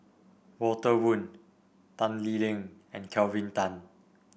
Walter Woon Tan Lee Leng and Kelvin Tan